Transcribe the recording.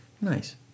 nice